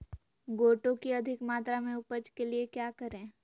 गोटो की अधिक मात्रा में उपज के लिए क्या करें?